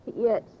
Yes